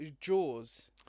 Jaws